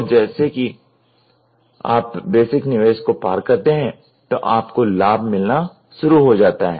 और जैसे ही आप बेसिक निवेश को पार करते हैं तो आपको लाभ मिलना शुरू हो जाता है